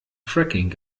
fracking